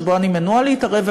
שבהם אני מנועה מלהתערב,